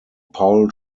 paul